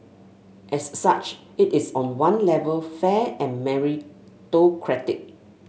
as such it is on one level fair and meritocratic